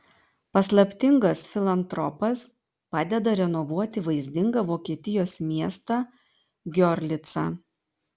paslaptingas filantropas padeda renovuoti vaizdingą vokietijos miestą giorlicą